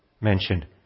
mentioned